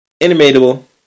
inimitable